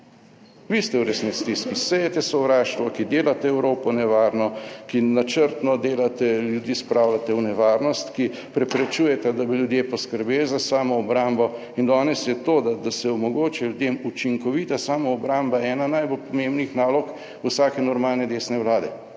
Vi ste v resnici tisti, ki sejete sovraštvo, ki delate Evropo nevarno, ki načrtno delate, ljudi spravljate v nevarnost, ki preprečujete, da bi ljudje poskrbeli za samoobrambo. Danes je to, da se omogoči ljudem učinkovita samoobramba ena najbolj pomembnih nalog vsake normalne desne vlade,